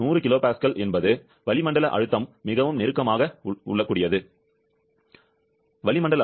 100 kPa என்பது வளிமண்டல அழுத்தம் மிகவும் நெருக்கமாக உள்ளது வளிமண்டல அழுத்தம் 101